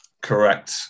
Correct